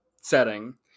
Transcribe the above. setting